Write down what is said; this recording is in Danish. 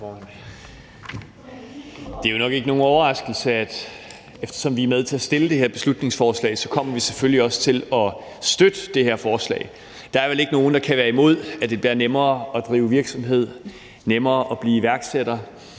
Det er jo nok ikke nogen overraskelse – eftersom vi er med til at fremsætte det her beslutningsforslag – at vi selvfølgelig også kommer til at støtte det her forslag. Der er vel ikke nogen, der kan være imod, at det bliver nemmere at drive virksomhed, nemmere at blive iværksætter,